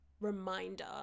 reminder